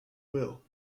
will